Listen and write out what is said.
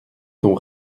ton